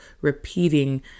repeating